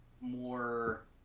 more